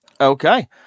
okay